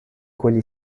quegli